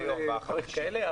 כל מיני דברים כאלה.